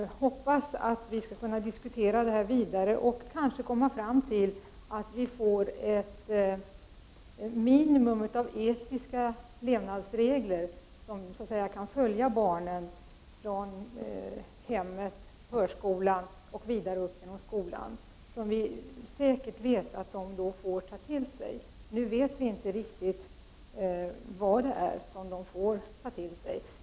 Jag hoppas att vi skall kunna diskutera frågan vidare och kanske komma fram till att vi behöver ha ett minimum av etiska levnadsregler att lära ut som, så att säga, kan följa barnen från hemmet till förskolan och vidare upp genom skolan. Då vet vi säkert att eleverna får del av reglerna. Nu vet vi inte riktigt vilka etiska regler de får ta del av.